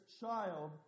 child